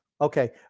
Okay